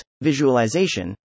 visualization